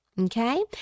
Okay